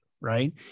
right